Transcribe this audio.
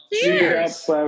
Cheers